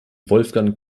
wolfgang